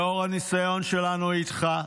לאור הניסיון שלנו איתך,